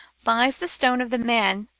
buys the stone of the man,